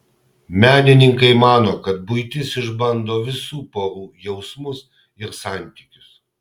menininkai mano kad buitis išbando visų porų jausmus ir santykius